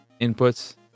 inputs